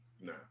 No